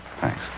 Thanks